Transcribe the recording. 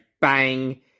Bang